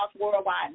worldwide